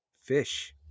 fish